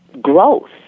growth